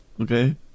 okay